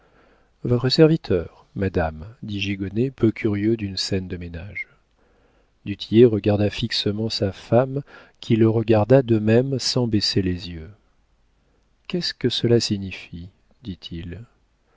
votre serviteur madame dit gigonnet peu curieux d'une scène de ménage du tillet regarda fixement sa femme qui le regarda de même sans baisser les yeux qu'est-ce que cela signifie dit-il